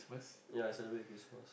ya I celebrate Christmas